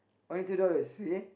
only two dollars only